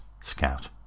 scout